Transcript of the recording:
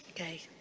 Okay